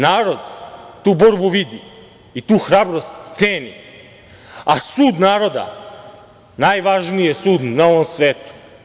Narod tu borbu vidi i tu hrabrost ceni, a sud naroda, najvažniji je sud na ovom svetu.